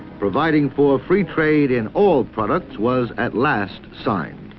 providing for free trade in all products, was at last signed.